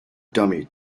dummy